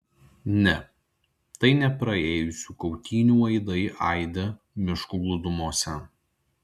ne tai ne praėjusių kautynių aidai aidi miškų glūdumose